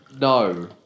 no